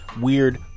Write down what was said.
weird